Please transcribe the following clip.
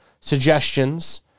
suggestions